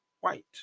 white